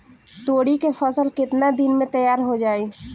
तोरी के फसल केतना दिन में तैयार हो जाई?